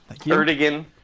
Erdogan